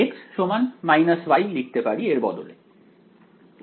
আমি x y লিখতে পারি এর বদলে